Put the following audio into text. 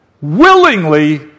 willingly